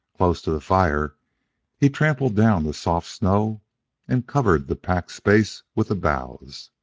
close to the fire he trampled down the soft snow and covered the packed space with the boughs.